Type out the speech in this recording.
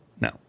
No